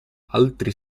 altri